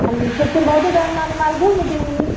आणि हिशोबशीर भाव देसाल आणि माल घेऊन येतील आम्ही